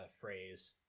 phrase